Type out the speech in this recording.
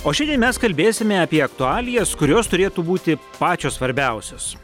o šiandien mes kalbėsime apie aktualijas kurios turėtų būti pačios svarbiausios